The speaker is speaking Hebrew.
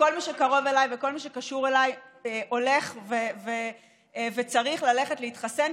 וכל מי שקרוב אליי וכל מי שקשור אליי הולך וצריך ללכת להתחסן,